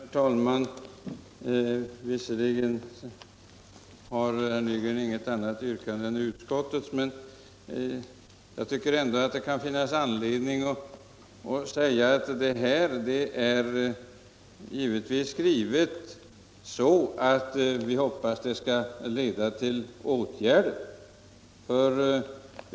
Herr talman! Visserligen har herr Nygren inget annat yrkande än utskottets, men jag tycker ändå att det kan finnas anledning att säga att utskottet givetvis hoppas att vad det skrivit skall leda till åtgärder.